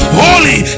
holy